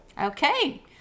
Okay